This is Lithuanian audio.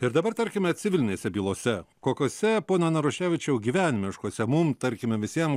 ir dabar tarkime civilinėse bylose kokiose pone naruševičiau gyvenimiškose mum tarkime visiem